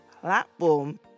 platform